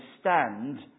stand